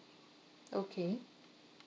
okay